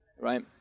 right